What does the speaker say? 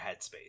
headspace